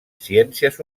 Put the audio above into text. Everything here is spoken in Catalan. ciències